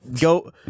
go